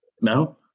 No